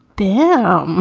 yeah. um